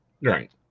Right